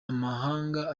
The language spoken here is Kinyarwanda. amahanga